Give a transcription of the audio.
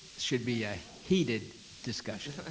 should be a heated discussion. ah